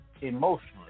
emotionally